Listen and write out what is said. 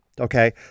okay